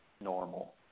normal